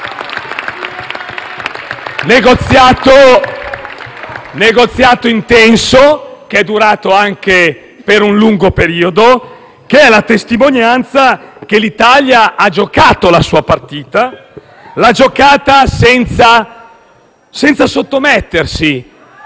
è stato intenso, è durato anche per un lungo periodo ed è la testimonianza che l'Italia ha giocato la sua partita senza sottomettersi.